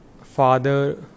father